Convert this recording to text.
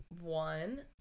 one